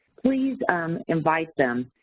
please invite them.